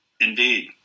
Indeed